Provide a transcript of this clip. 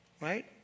right